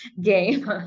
game